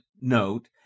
note